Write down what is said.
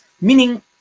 Meaning